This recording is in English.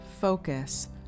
focus